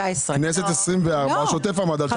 בכנסת 24 השוטף עמד על 19 מיליון.